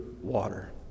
water